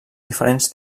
diferents